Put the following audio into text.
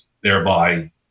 thereby